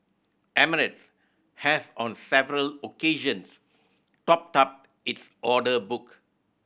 emirates has on several occasions topped up its order book